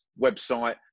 website